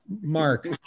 Mark